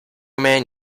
men